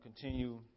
continue